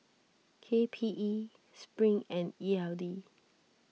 K P E Spring and E L D